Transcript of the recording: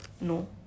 No